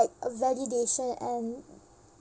validation and